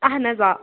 اَہَن حظ آ